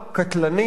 קטלנית,